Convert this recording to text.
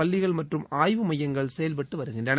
பள்ளிகள் மற்றும் ஆய்வு மையங்கள் செயல்பட்டு வருகின்றன